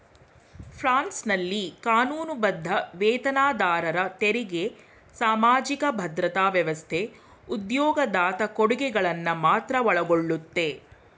ಫ್ರಾನ್ಸ್ನಲ್ಲಿ ಕಾನೂನುಬದ್ಧ ವೇತನದಾರರ ತೆರಿಗೆ ಸಾಮಾಜಿಕ ಭದ್ರತಾ ವ್ಯವಸ್ಥೆ ಉದ್ಯೋಗದಾತ ಕೊಡುಗೆಗಳನ್ನ ಮಾತ್ರ ಒಳಗೊಳ್ಳುತ್ತೆ